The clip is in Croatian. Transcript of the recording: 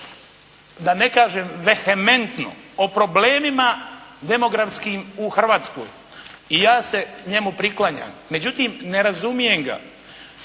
da ne kažem vehementno o problemima demografskim u Hrvatskoj i ja se njemu priklanjam, međutim ne razumijem ga.